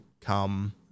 Come